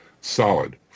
Solid